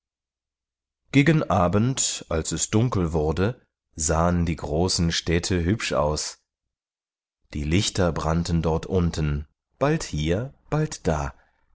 gegen abend als es dunkel wurde sahen die großen städte hübsch aus die lichter brannten dort unten bald hier bald da